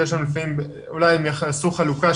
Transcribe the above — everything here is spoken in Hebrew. זה יפתור הרבה בעיות.